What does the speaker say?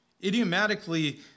Idiomatically